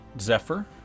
Zephyr